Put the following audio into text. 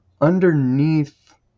underneath